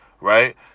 right